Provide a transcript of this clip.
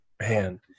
Man